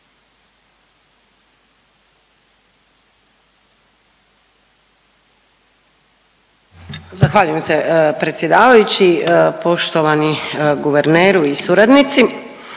Zahvaljujem se predsjedavajući. Poštovani guverneru i suradnici,